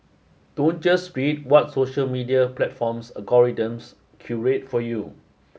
don't just read what social media platform's algorithms curate for you